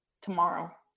tomorrow